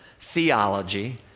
theology